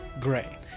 Gray